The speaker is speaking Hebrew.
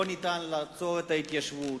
לא ניתן לעצור את ההתיישבות.